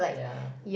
ya